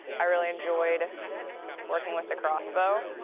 i really enjoyed working with the crossbow.